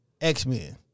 X-Men